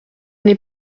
n’ai